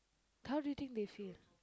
how do you think they feel